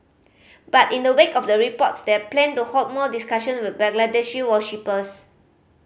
but in the wake of the reports they plan to hold more discussions with Bangladeshi worshippers